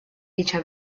dicha